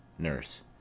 nurse.